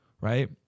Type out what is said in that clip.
right